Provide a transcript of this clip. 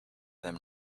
them